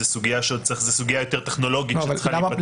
זו סוגיה יותר טכנולוגית שצריכה להיפתר.